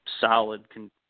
solid